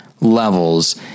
levels